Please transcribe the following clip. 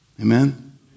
Amen